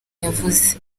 yavuze